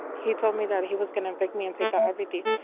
he told me that he was going to evict me and take out everything.